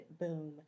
boom